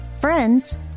friends